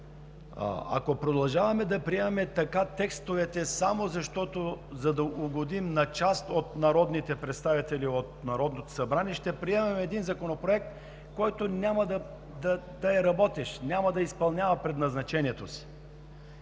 Ако продължаваме да приемаме текстовете така само за да угодим на част от народните представители от Народното събрание, ще приемем Законопроект, който няма да е работещ, няма да изпълнява предназначението си.